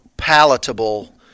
palatable